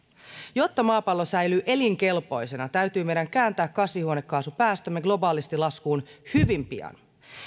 jotta maapallo säilyy elinkelpoisena täytyy meidän kääntää kasvihuonekaasupäästömme globaalisti laskuun hyvin pian